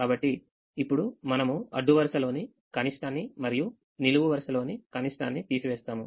కాబట్టి ఇప్పుడు మనము అడ్డు వరుసలోని కనిష్టాన్ని మరియునిలువు వరుసలోని కనిష్టాన్ని తీసివేస్తాము